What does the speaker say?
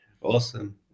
awesome